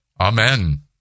Amen